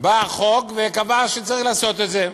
בא החוק וקבע שצריך לעשות את זה.